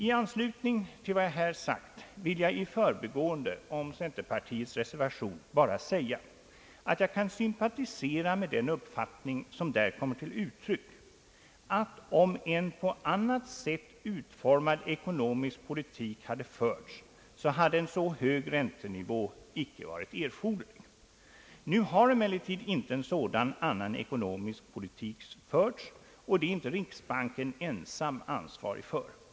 I anslutning till vad jag här sagt vill jag i förbigående om centerpartiets re servation bara säga att jag kan sympatisera med den uppfattning som där kommer till uttryck, att om en på annat sätt utformad ekonomisk politik hade förts, hade en så hög räntenivå icke varit erforderlig. Nu har emellertid inte en sådan annan ekonomisk politik förts, och det är inte riksbanken ensam ansvarig för.